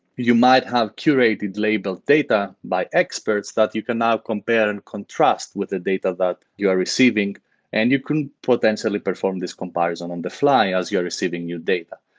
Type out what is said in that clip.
you might have curated labeled data by experts that you can now compare and contrast with a data that you are receiving and you can potentially perform this comparison on the fly as you're receiving your data.